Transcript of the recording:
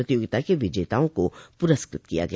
प्रतियोगिता के विजेताओं को पुरस्कृत किया गया